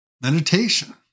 Meditation